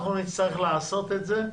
אנחנו נצטרך לעשות את זה.